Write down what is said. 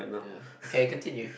ya okay continue